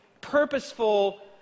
purposeful